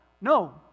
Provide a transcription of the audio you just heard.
No